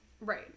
right